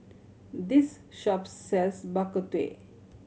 this shop sells Bak Kut Teh